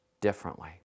differently